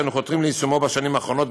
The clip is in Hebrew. שאנו חותרים ליישומו בשנים האחרונות,